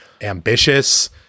ambitious